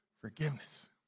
forgiveness